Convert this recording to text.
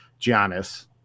giannis